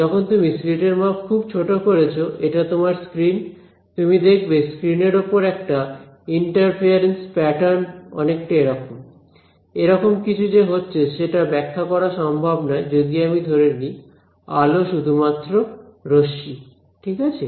যখন তুমি স্লিট এর মাপ খুব ছোট করেছ এটা তোমার স্ক্রিন তুমি দেখবে স্ক্রিন এর ওপর একটা ইন্টারফিয়ারেন্স প্যাটার্ন অনেকটা এরকম এরকম কিছু যে হচ্ছে সেটা ব্যাখ্যা করা সম্ভব নয় যদি আমি ধরে নিই আলো শুধুমাত্র রশ্মি ঠিক আছে